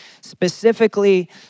specifically